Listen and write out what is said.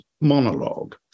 monologue